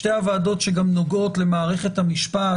שאלות שנוגעות למערכת המשפט